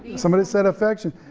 somebody said affection.